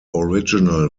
original